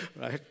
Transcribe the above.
right